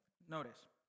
Notice